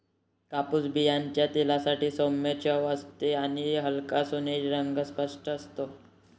कापूस बियांच्या तेलाला सौम्य चव असते आणि हलका सोनेरी रंग स्पष्ट असतो